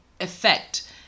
effect